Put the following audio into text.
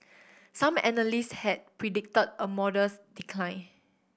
some analysts had predicted a modest decline